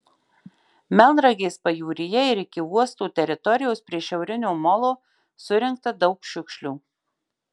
melnragės pajūryje ir iki uosto teritorijos prie šiaurinio molo surinkta daug šiukšlių